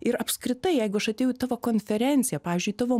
ir apskritai jeigu aš atėjau į tavo konferenciją pavyzdžiui tavo